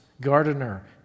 gardener